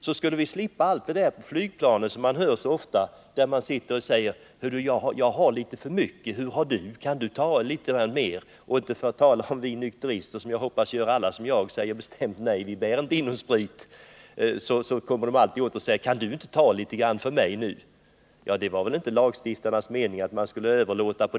Då skulle vi också slippa höra den här frågan, som är så vanlig på exempelvis flygplan på väg till Sverige: ”Du, jag har litet för mycket. Hur mycket har du? Kan du ta litet åt mig?” Jag hoppas att alla andra nykterister gör som jag, dvs. säger nej. Det var väl inte heller lagstiftarnas mening att sådant skulle förekomma.